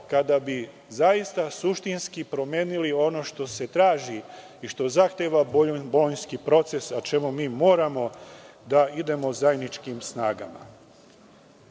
kada bi suštinski promenili ono što se traži i što zahteva bolonjski proces, a čemu mi moramo da idemo zajedničkim snagama. Naši